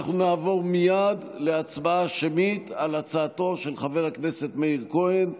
אנחנו נעבור מייד להצבעה שמית על הצעתו של חבר הכנסת מאיר כהן.